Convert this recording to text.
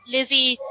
Lizzie